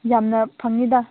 ꯌꯥꯝꯅ ꯐꯪꯉꯤꯗ